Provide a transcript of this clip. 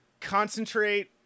concentrate